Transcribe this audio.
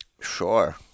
Sure